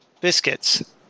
Biscuits